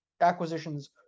acquisitions